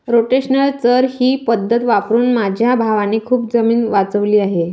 rotational चर ही पद्धत वापरून माझ्या भावाने खूप जमीन वाचवली आहे